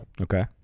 Okay